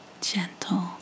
gentle